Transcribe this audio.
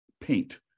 paint